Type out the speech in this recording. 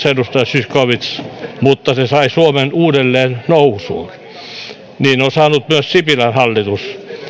edustaja zyskowicz mutta se sai suomen uudelleen nousuun niin on saanut myös sipilän hallitus